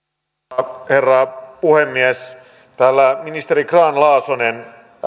arvoisa herra puhemies täällä ministeri grahn laasonen